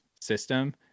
system